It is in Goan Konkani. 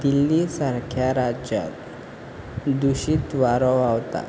दिल्ली सारक्या राज्यांत दुशीत वारें व्हांवता